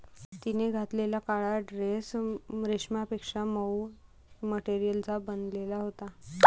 तिने घातलेला काळा ड्रेस रेशमापेक्षा मऊ मटेरियलचा बनलेला होता